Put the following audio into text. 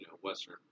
Western